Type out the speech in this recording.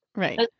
Right